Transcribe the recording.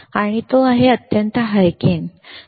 आणि तो आहे अत्यंत हाय गेन उच्च लाभ